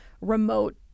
remote